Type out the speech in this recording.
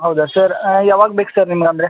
ಹೌದಾ ಸರ್ ಯಾವಾಗ ಬೇಕು ಸರ್ ನಿಮ್ಗೆ ಅಂದರೆ